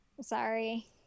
Sorry